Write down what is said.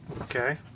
Okay